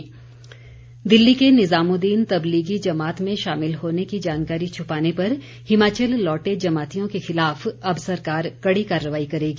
CM Delhi के निजामुदीन तबलीगी जमात में शामिल होने की जानकारी छुपाने पर हिमाचल लौटे जमातियों के खिलाफ अब सरकार कड़ी कार्रवाई करेगी